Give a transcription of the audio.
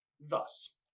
thus